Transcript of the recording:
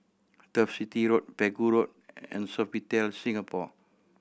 Turf City Road Pegu Road and Sofitel Singapore